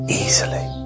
easily